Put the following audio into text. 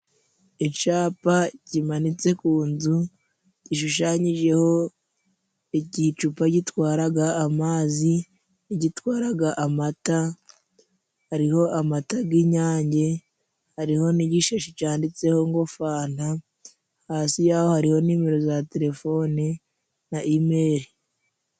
Icapa kimanitse ku nzu gishushanyijeho igicupa gitwaraga amazi, gitwaraga amata, hariho amata g'Inyange, hariho n'igishashi cyanditseho ngo fanta, hasi yaho hariho nimero za telefone na imeri.